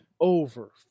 over